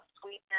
sweetness